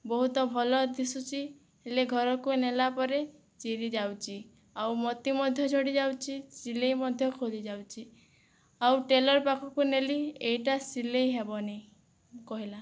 ବହୁତ ଭଲ ଦିଶୁଛି ହେଲେ ଘରକୁ ନେଲା ପରେ ଚିରି ଯାଉଛି ଆଉ ମୋତି ମଧ୍ୟ ଝଡ଼ି ଯାଉଛି ସିଲେଇ ମଧ୍ୟ ଖୋଲି ଯାଉଛି ଆଉ ଟେଲର ପାଖକୁ ନେଲି ଏଇଟା ସିଲେଇ ହେବନି କହିଲା